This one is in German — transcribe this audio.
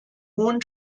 hohen